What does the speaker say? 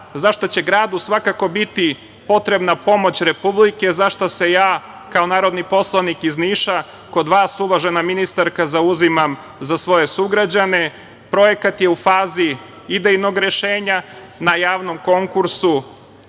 za šta će gradu svakako biti potrebna pomoć Republike, za šta se ja kao narodni poslanik iz Niša, kod vas uvažena ministarka, zauzimam za svoje sugrađane. Projekat je u fazi idejnog rešenja. Na javnom konkursu